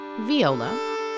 viola